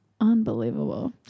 unbelievable